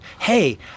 hey